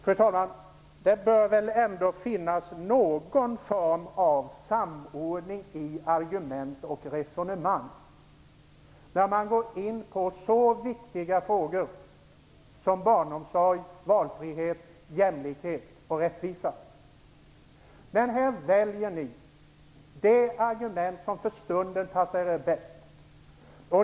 Fru talman! Det bör väl ändå finnas någon form av samordning av argument och resonemang när man går in på så viktiga frågor som barnomsorg, valfrihet, jämlikhet och rättvisa? Men här väljer ni de argument som för stunden passar er bäst.